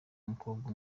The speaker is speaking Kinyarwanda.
umukobwa